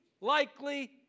likely